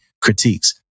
critiques